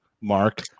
mark